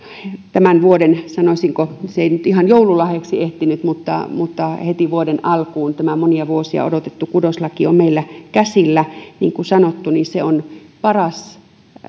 tämän vuoden sanoisinko joululahjaksi se ei ihan ehtinyt mutta mutta heti vuoden alkuun tämä monia vuosia odotettu kudoslaki on meillä käsillä niin kuin sanottu se on paras